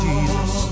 Jesus